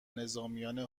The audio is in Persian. نظامیان